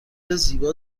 زیبا